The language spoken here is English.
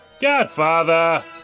Godfather